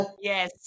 Yes